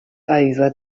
over